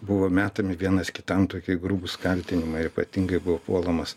buvo metami vienas kitam tokie grubūs kaltinimai ypatingai buvo puolamas